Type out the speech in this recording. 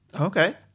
Okay